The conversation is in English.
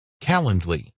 Calendly